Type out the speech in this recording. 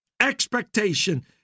expectation